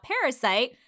Parasite